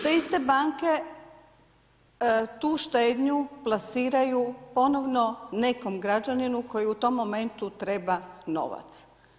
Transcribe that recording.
Te iste banke tu štednju plasiraju ponovno nekom građaninu koji u tom momentu treba novac.